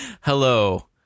hello